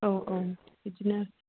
औ औ बिदिनो